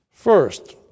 First